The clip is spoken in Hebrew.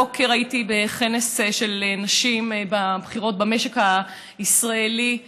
הבוקר הייתי בכנס של נשים בכירות במשק הישראלי.